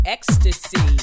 Ecstasy